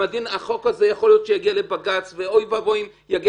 גם יכול להיות שהחוק הזה יגיע לבג"ץ ואוי ואבוי אם יגיע